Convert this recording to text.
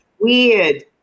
weird